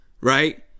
right